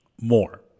more